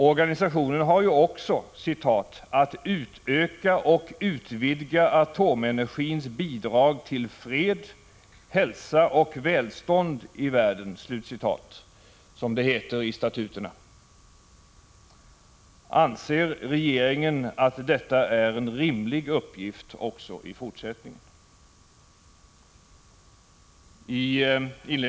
Organisationen har ju också till uppgift ”att utöka och utvidga atomenergins bidrag till fred, hälsa och välstånd i världen” som det heter i statuterna. Anser regeringen att detta är en rimlig uppgift också i fortsättningen?